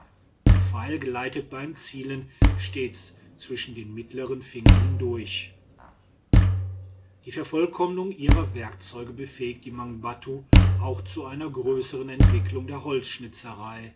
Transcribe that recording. der pfeil gleitet beim zielen stets zwischen den mittleren fingern hindurch die vervollkommnung ihrer werkzeuge befähigt die mangbattu auch zu einer größern entwicklung der